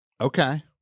Okay